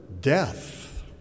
death